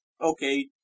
Okay